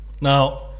Now